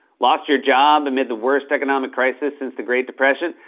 lost your job amid the worst economic crisis since the great depression?